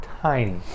tiny